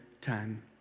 time